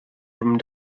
from